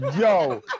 Yo